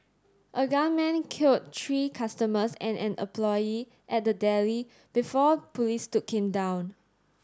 a gunman killed three customers and an employee at the deli before police took him down